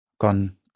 Gone